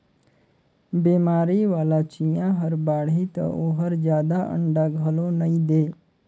बेमारी वाला चिंया हर बाड़ही त ओहर जादा अंडा घलो नई दे